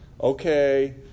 okay